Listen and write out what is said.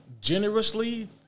Generously